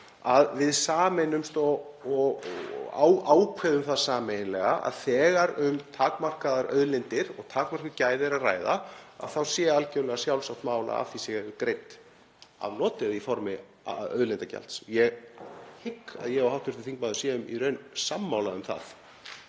að við sameinumst og ákveðum það sameiginlega að þegar um takmarkaðar auðlindir og takmörkuð gæði er að ræða þá sé algjörlega sjálfsagt mál að greitt sé fyrir afnot í formi auðlindagjalds. Ég hygg að ég og hv. þingmaður séum í raun sammála um það.